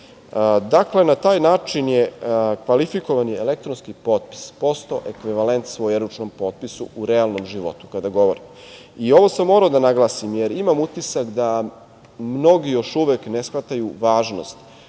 potpis. Na taj način je kvalifikovani elektronski potpis postao ekvivalent svojeručnom potpisu u realnom životu. Ovo sam morao da naglasim, jer imam utisak da mnogi još uvek ne shvataju važnost